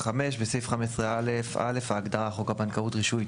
בסעיף 15(א)(א), ההגדרה "חוק הבנקאות (רישוי)"